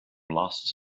last